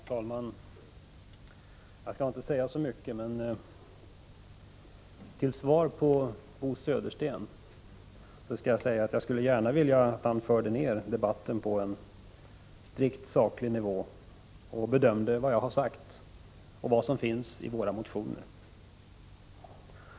Herr talman! Jag skall inte säga så mycket, men jag skulle gärna vilja att Bo Södersten förde ner debatten på en strikt saklig nivå och bedömde vad jag har sagt och vad som finns i våra motioner.